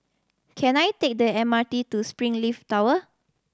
can I take the M R T to Springleaf Tower